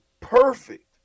perfect